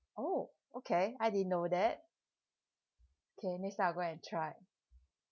oh okay I didn't know that okay next time I'll go and try